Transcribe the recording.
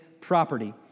property